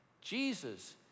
Jesus